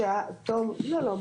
לא,